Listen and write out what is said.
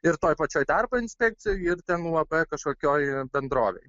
ir toj pačioj darbo inspekcijoj ir uab kažkokioj bendrovėj